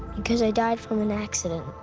because i died from an accident.